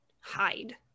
hide